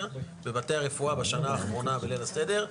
בבתי הרפואה בשנה האחרונה בליל הסדר,